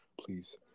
please